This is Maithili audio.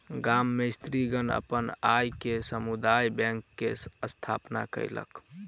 गाम के स्त्रीगण अपन आय से समुदाय बैंक के स्थापना केलक